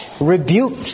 rebuked